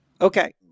Okay